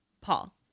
Paul